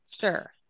Sure